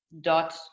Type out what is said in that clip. dot